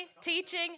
teaching